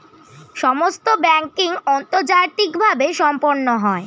সমস্ত ব্যাংকিং আন্তর্জাতিকভাবে সম্পন্ন হয়